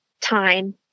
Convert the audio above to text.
time